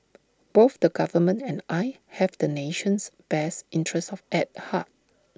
both the government and I have the nation's best interest of at heart